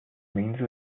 名字